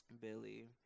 Billy